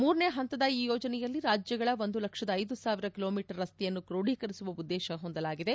ಮೂರನೇ ಹಂತದ ಈ ಯೋಜನೆಯಲ್ಲಿ ರಾಜ್ಯಗಳ ಒಂದು ಲಕ್ಷದ ಐದು ಸಾವಿರ ಕಿಲೋ ಮೀಟರ್ ರಸ್ತೆಯನ್ನು ಕ್ರೋಢೀಕರಿಸುವ ಉದ್ದೇಶ ಹೊಂದಲಾಗಿದೆ